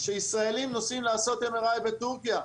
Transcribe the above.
את העובדה שישראלים נוסעים לעשות MRI בטורקיה.